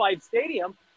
Stadium